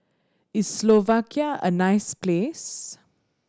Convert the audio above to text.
is Slovakia a nice place